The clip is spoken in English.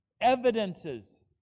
evidences